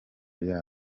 yayo